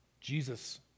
Jesus